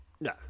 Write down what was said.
No